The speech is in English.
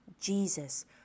Jesus